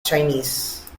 chinese